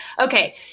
okay